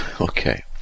Okay